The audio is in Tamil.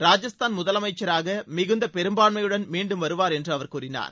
ராஜஸ்தான் முதலமைச்சராக மிகுந்த பெரும்பான்மையுடன் மீண்டும் வருவார் என்று அவர் கூறினாார்